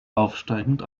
aufsteigend